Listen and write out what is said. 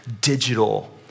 digital